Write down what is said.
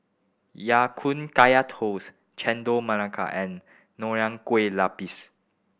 Ya Kun Kaya Toast Chendol Melaka and Nonya Kueh Lapis